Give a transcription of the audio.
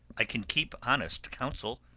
i can keep honest counsel,